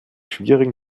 schwierigen